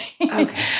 Okay